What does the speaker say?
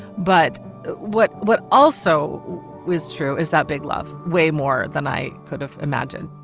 but what what also was true is that big love. way more than i could have imagined